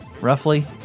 roughly